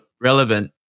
relevant